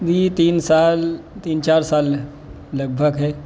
یہ تین سال تین چار سال لگ بھگ ہے